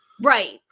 right